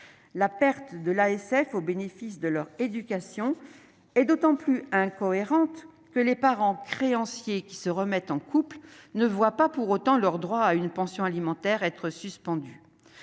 la perte de l'ASF au bénéfice de leur éducation et d'autant plus incohérente que les parents créanciers qui se remettent en couple ne voit pas pour autant leur droit à une pension alimentaire être suspendu